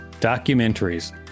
documentaries